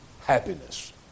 happiness